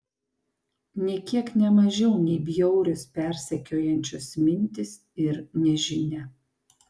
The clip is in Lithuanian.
nė kiek ne mažiau nei bjaurios persekiojančios mintys ir nežinia